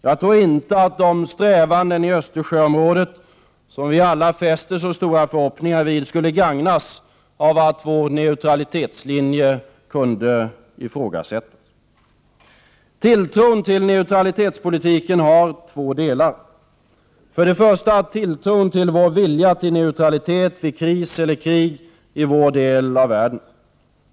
Jag tror inte att de strävanden i Östersjöområdet som vi alla har så stora förhoppningar om skulle gagnas av att vår neutralitetslinje kunde ifrågasättas. Tilltron till neutralitetspolitiken har två delar. För det första handlar det om tilltron till vår vilja till neutralitet vid kris eller krig i vår del av världen.